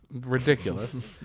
Ridiculous